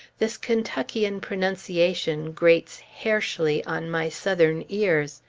this kentuckian pronunciation grates hairshly on my southern ears.